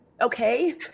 okay